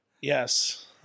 Yes